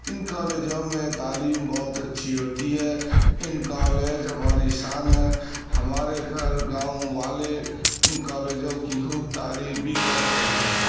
ان کالجوں میں تعلیم بہت اچھی ہوتی ہے ان کالج ہماری شان ہیں ہمارے گھر گاؤں والے ان کالجوں کی خوب تعریف بھی کرتے ہیں